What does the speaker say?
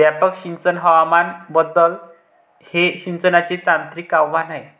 व्यापक सिंचन हवामान बदल हे सिंचनाचे तांत्रिक आव्हान आहे